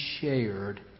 shared